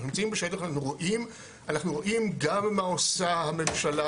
אנחנו נמצאים בשטח ואנחנו רואים גם מה עושה הממשלה,